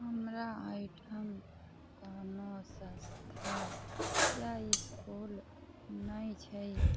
हमरा एहिठाम कोनो संस्था या इसकुल नहि छै